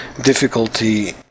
difficulty